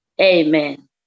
amen